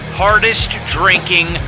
hardest-drinking